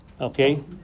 Okay